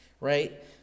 right